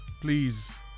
please